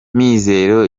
mizero